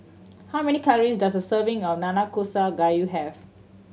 how many calories does a serving of Nanakusa Gayu have